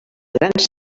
grans